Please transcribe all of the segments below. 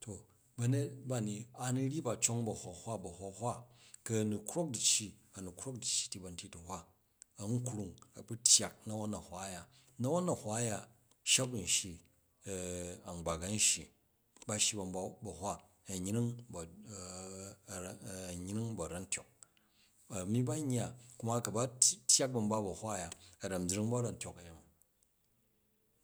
To banyet ba ni a nu ryyi ba cong bu a̱ hwa-hwa, bu a̱hwa-hwa, ku a nu krok du̱cci anu krok du̱cci ti ba̱nti tuhwa an nkrung, a bu tyyak na̱won na̱hwa, na̱won na̱hwa a̱hya, shep an shyi a̱ngbak a̱n shyi, a̱nyring bu a̱ran a̱nyring bu̱ a̱ra̱ntyok, ani ba nyya, ku ma ku ba tu tyak ban ba bahwa aya arambrying bu arantyok ayemi,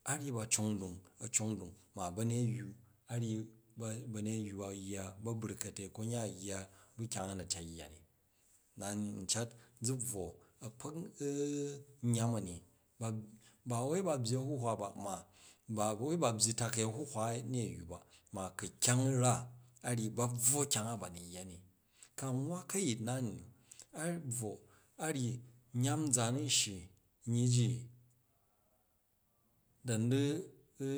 a ryyi ba cong ndung, a cong ndung, ba banyeyyu a ryyi banyeyyu ba yya babrukate, konyan a yya bu kyang a na cat yyani, na ni ncat zu bvwo akpak nyam ani ba ba wai ba byyi ahuhwa ba ma ba wai ba byyi takai ahuhwa anyeyyu ba ma ku kyang ra ba bvwo kyang a ba nu yya ni ka nwwa kayit na ni abvwo, a nyyi nyam zaan n shyi nyyi ji da ni di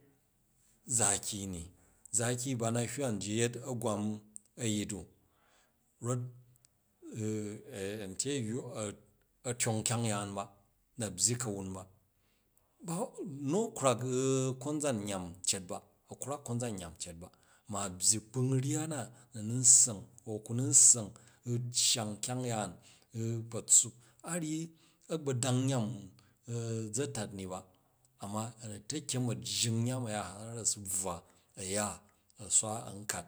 zaki ni, zaki bana hywa nji yet agwam ayit du rot antye yyu a tyong kyang yaan ba, na byyi kawan ba, nu a krwak konzan nyam cat ba, a krwak konzan yem cet ba ma a byyi gbung ryya na nanu nssang ku nu nssang u cyang kyang yaan u kpa tsuup, a ryyi agbalang nyam mu a za tat ni ba ma, a nu takyem a jjing nyem aya har a su buwa a ya a swa an kat.